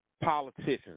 politicians